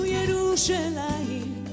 Jerusalem